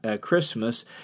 Christmas